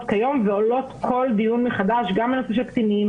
כיום ועולות כל דיון מחדש גם הנושא של הקטינים